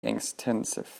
extensive